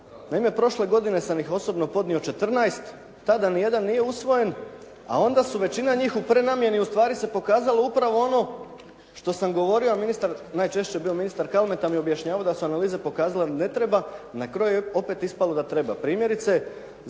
Naime prošle godine sam ih osobno podnio 14. Tada ni jedan nije usvojen, a onda su većina njih u prenamjeni ustvari se pokazalo upravo ono što sam govorio a ministar, najčešće je bio ministar Kalmeta mi je objašnjavao da su analize pokazale da ne treba. Na kraju je opet ispalo da treba. Primjerice